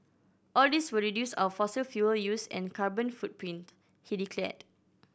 all this will reduce our fossil fuel use and carbon footprint he declared